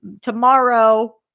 tomorrow